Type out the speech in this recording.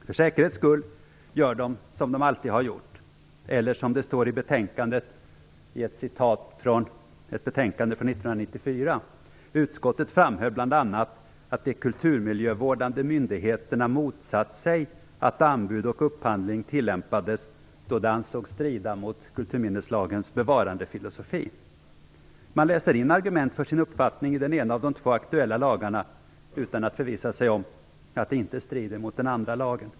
För säkerhets skull gör de som de alltid har gjort, eller som det står i betänkandet i ett citat från ett betänkande från 1994: "Utskottet framhöll bl.a. att de kulturmiljövårdande myndigheterna motsatt sig att anbud och upphandling tillämpades då de ansågs strida mot KML:s bevarandefilosofi." Man läser in argument för sin uppfattning i den ena av de två aktuella lagarna, utan att förvissa sig om att det inte strider mot den andra lagen.